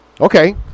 okay